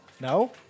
No